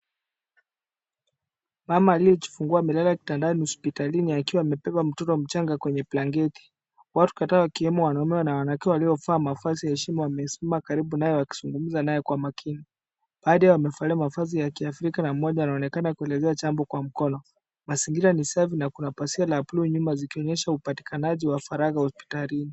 Mama aliyejifungua amelala kitanda ya hospitalini akiwa amebeba mtoto mchanga kwenye blanketi. Watu kadhaa ikiwemo wanawake na wanaume waliovalia mavazi ya heshima wanaonakena wakiwa wamesimama karibu naye wakizungumza kwa umakini. Baadhi wamevalia mavazi ya kiafrika na moja anaonekana akielezea jambo kwa mkono. Mazingira ni safi na nyuma kuna pazia ya buluu ikionyesha upatikanaji wa faragha hospitalini.